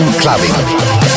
clubbing